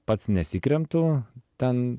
pats nesikremtu ten